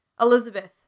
Elizabeth